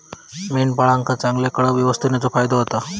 मेंढपाळांका चांगल्या कळप व्यवस्थापनेचो फायदो होता